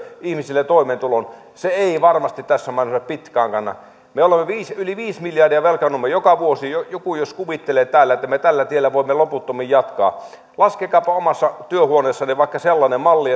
ihmisille toimeentulon se ei varmasti tässä maailmassa pitkään kanna me yli viisi miljardia velkaannumme joka vuosi jos joku kuvittelee täällä että me tällä tiellä voimme loputtomiin jatkaa niin laskekaapa omassa työhuoneessanne vaikka sellainen malli